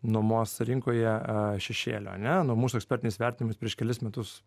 nuomos rinkoje šešėlio ane nu mūsų ekspertiniais vertinimas prieš kelis metus